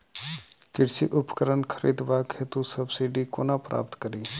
कृषि उपकरण खरीदबाक हेतु सब्सिडी कोना प्राप्त कड़ी?